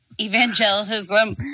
evangelism